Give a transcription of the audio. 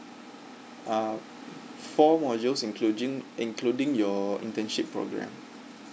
uh four modules including including your internship program